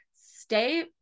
stay